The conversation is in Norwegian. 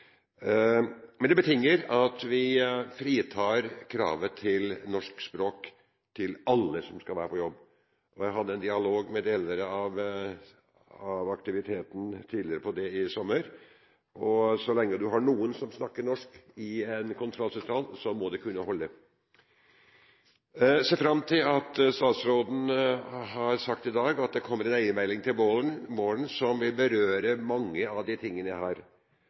Men det betinger fritak fra kravet til norsk språk for alle som skal være på jobb. Jeg hadde en dialog på det med deler av aktiviteten i sommer. Så lenge du har noen som snakker norsk i en kontrollsentral, må det kunne holde. Jeg ser fram til, som statsråden har sagt i dag, at det kommer en eiermelding til våren som vil berøre mange av disse tingene. Jeg